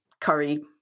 curry